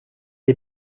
est